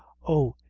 oh,